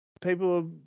people